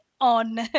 on